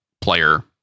player